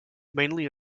mainly